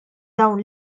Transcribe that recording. dawn